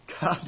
God